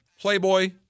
Playboy